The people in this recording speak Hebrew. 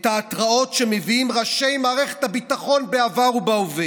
את ההתרעות שמביאים ראשי מערכת הביטחון בעבר ובהווה,